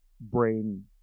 brain